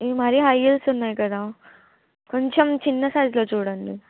ఇవి మరీ high heels ఉన్నాయి కదా కొంచెం చిన్న సైజులో చూడండి